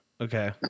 Okay